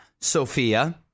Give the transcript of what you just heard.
Sophia